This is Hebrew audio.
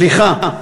סליחה,